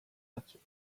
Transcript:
batzuk